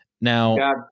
now